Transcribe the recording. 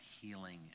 healing